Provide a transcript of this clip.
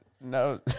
No